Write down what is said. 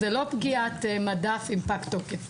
זאת לא פגיעת מדף עם פג תוקף.